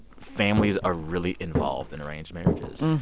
families are really involved in arranged marriages.